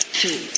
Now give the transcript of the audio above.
two